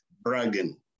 bragging